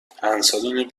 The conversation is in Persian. انسولین